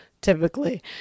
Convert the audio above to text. typically